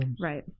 Right